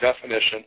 definition